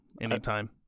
anytime